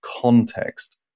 context